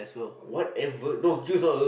whatever no Q's not good